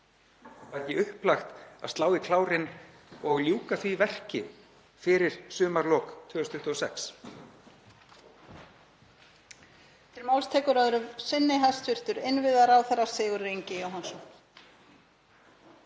Væri ekki upplagt að slá í klárinn og ljúka því verki fyrir sumarlok 2026?